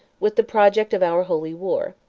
with the project of our holy war,